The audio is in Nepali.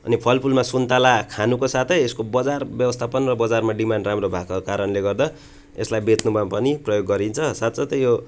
अनि फल फुलमा सुन्तला खानुको साथै यसको बजार व्यस्थापन र बजारमा डिमान्ड राम्रो भएको कारणले गर्दा यसलाई बेच्नुमा पनि प्रयोग गरिन्छ साथसाथै यो